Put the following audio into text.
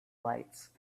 lights